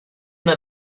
una